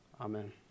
Amen